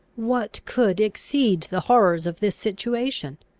what could exceed the horrors of this situation?